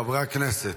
חברי הכנסת,